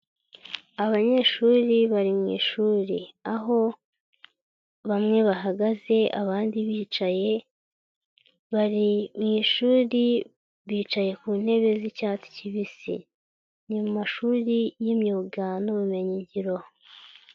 Abanyeshuri bari mu ishuri, aho bamwe bahagaze abandi bicaye, bari mwishuri bicaye ku ntebe z'icyatsi kibisi, ni mu mashuri y'imyuga n'ubumenyigiro.